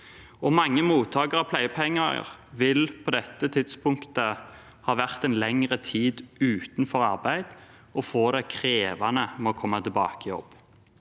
mange mottakere av pleiepenger vil på dette tidspunktet ha vært en lengre tid utenfor arbeid og få det krevende med å komme tilbake i jobb.